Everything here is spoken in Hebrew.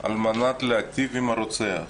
על מנת להיטיב עם הרוצח.